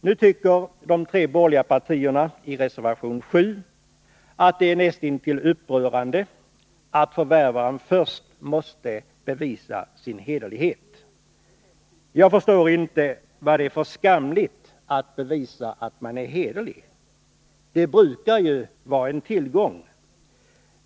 Nu tycker de tre borgerliga partierna i reservation 7 att det är näst intill upprörande att förvärvaren först måste bevisa sin hederlighet. Jag förstår inte vad det är för skamligt i att bevisa att man är hederlig —- det brukar ju vara en tillgång.